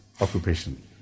occupation